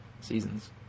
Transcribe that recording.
seasons